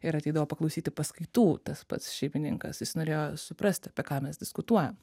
ir ateidavo paklausyti paskaitų tas pats šeimininkas jis norėjo suprasti apie ką mes diskutuojam